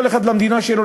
כל אחד למדינה שלו,